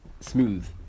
smooth